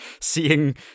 seeing